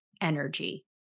energy